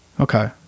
Okay